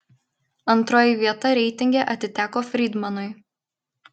antroji vieta reitinge atiteko frydmanui